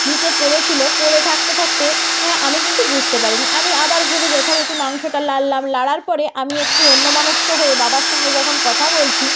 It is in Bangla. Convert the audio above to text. নিচে পড়েছিল পড়ে থাকতে থাকতে আমি কিন্তু বুঝতে পারিনি আমি আবার ঘুরে যথারীতি মাংসটা নাড়লাম নাড়ার পরে আমি একটু অন্যমনস্ক হয়ে বাবার সঙ্গে যখন কথা বলছি